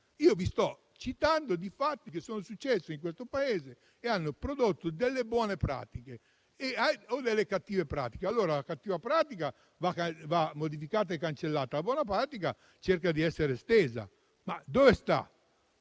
Vi sto citando fatti che sono successi in questo Paese e hanno prodotto delle buone pratiche o delle cattive pratiche. La cattiva pratica va modificata e cancellata, mentre la buona pratica si dovrebbe provare a estenderla. Ma dove sta?